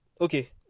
Okay